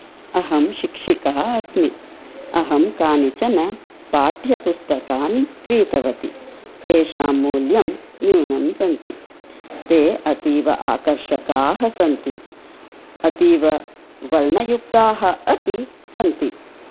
अहं शिक्षिकः अस्मि अहं कानिचन पाठ्यपुस्तकानि क्रीतवती तेषां मूल्यं न्यूनं सन्ति ते अतीव आकर्षकाः सन्ति अतीववर्णयुक्ताः अपि सन्ति